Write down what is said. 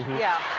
yeah.